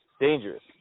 dangerous